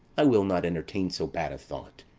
i will not entertain so bad a thought.